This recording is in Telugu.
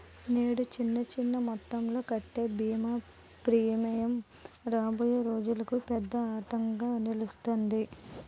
నేడు చిన్న చిన్న మొత్తంలో కట్టే బీమా ప్రీమియం రాబోయే రోజులకు పెద్ద అండగా నిలుస్తాది